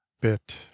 bit